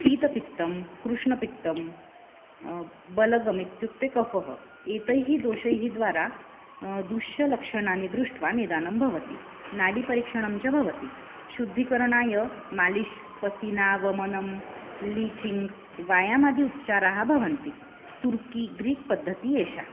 पीतपित्तं कृष्णपित्तं बलगम् इत्युक्ते कफः एतैः दोषैः द्वारा दोषलक्षणानि दृष्ट्वा निदानं भवति नाडीपरीक्षणं च भवति शुद्धीकरणाय मालिश् पसीना वमनं लीचिङ्ग् वायामादि उपचाराः भवन्ति तुर्की ग्रीक् पद्धतिः एषा